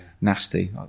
nasty